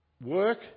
Work